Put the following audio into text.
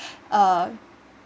uh